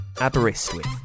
Aberystwyth